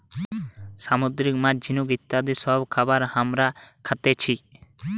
সামুদ্রিক মাছ, ঝিনুক ইত্যাদি সব খাবার হামরা খাতেছি